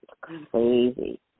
Crazy